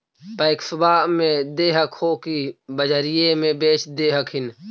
पैक्सबा मे दे हको की बजरिये मे बेच दे हखिन?